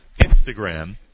Instagram